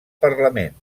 parlament